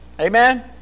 Amen